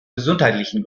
gesundheitlichen